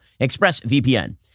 ExpressVPN